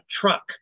truck